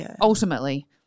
ultimately